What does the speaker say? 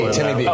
Timmy